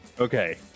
Okay